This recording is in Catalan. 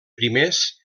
primers